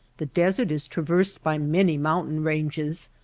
the desert is traversed by many mountain ranges,